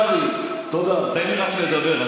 לא התייתר, אדוני, לא התייתר.